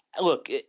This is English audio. look